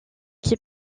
qui